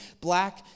black